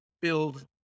build